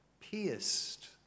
pierced